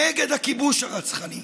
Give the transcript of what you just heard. נגד הכיבוש הרצחני,